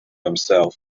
himself